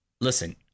Listen